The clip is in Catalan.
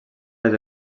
les